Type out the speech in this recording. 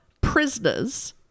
prisoners